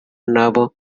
n’abo